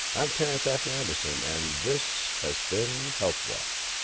i'm terrance afer-anderson and this has been health watch.